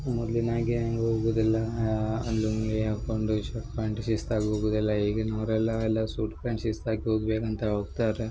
ಮೊದಲಿನಾಗೇ ಹೋಗೋದಿಲ್ಲಾ ಲುಂಗಿ ಹಾಕೊಂಡು shirt pant ಶಿಸ್ತಾಗಿ ಹೋಗುದ ಎಲ್ಲಾ ಈಗಿನವ್ರ ಎಲ್ಲಾ ಎಲ್ಲ ಸೂಟ್ ಪ್ಯಾಂಟ್ ಶಿಸ್ತಾಗಿ ಹೋಗಬೇಕಂತ ಹೋಗ್ತಾರೆ